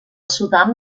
sudan